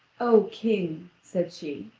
o king, said she,